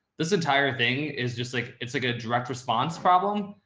this entire thing is just like, it's a good direct response problem.